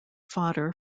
fodder